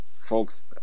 folks